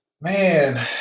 Man